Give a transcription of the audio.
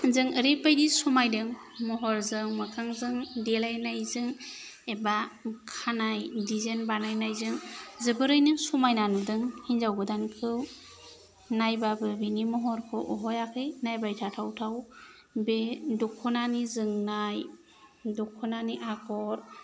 जों ओरैबायदि समायदों महरजों मोखांजों देलायनायजों एबा खानाय दिजाइन बानायनायजों जोबोरैनो समायना नुदों हिनजाव गोदानखौ नायबाबो बिनि महरखौ अहायाखै नायबाय थाथावथाव बे दख'नानि जोंनाय दख'नानि आगर